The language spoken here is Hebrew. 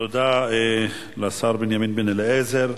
תודה לשר בנימין בן-אליעזר.